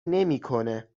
نمیکنه